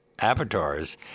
avatars